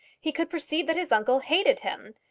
he could perceive that his uncle hated him,